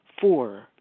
Four